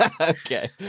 Okay